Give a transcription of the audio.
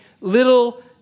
little